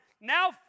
now